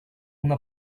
una